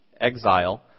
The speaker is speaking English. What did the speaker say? exile